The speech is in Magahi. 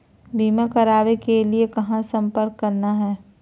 बीमा करावे के लिए कहा संपर्क करना है?